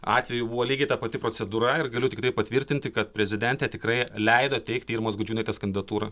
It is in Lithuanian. atveju buvo lygiai ta pati procedūra ir galiu tiktai patvirtinti kad prezidentė tikrai leido teikti irmos gudžiūnaitės kandidatūrą